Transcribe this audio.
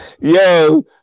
Yo